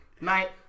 Night